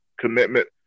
commitment